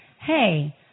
hey